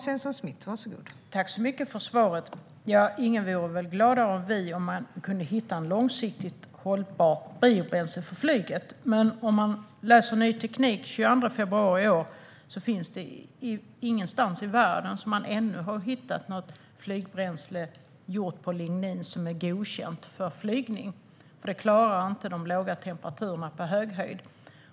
Fru talman! Tack så mycket för svaret! Ingen vore väl gladare än vi om man kunde hitta ett långsiktigt hållbart biobränsle för flyget. Men enligt Ny teknik från den 22 februari i år har man ingenstans i världen ännu hittat något flygbränsle gjort på lignin som är godkänt för flygning. Det klarar inte de låga temperaturerna på hög höjd.